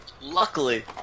Luckily